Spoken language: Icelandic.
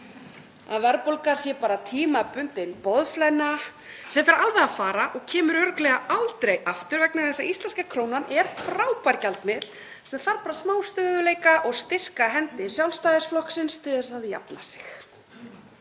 að verðbólga sé bara tímabundin boðflenna sem fer alveg að fara og kemur örugglega aldrei aftur vegna þess að íslenska krónan er frábær gjaldmiðill sem þarf bara smá stöðugleika og styrka hendi Sjálfstæðisflokksins til að jafna sig.